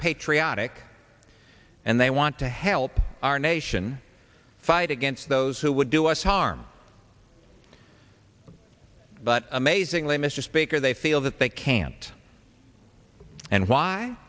patriotic and they want to help our nation fight against those who would do us harm but amazingly mr speaker they feel that they can't and why